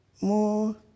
more